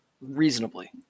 reasonably